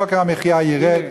יוקר המחיה ירד.